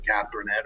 Catherine